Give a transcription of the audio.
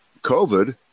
COVID